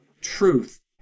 truth